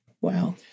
Wow